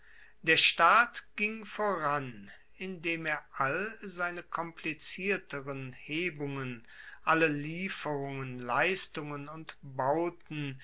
der staat ging voran indem er all seine komplizierteren hebungen alle lieferungen leistungen und bauten